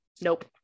nope